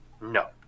No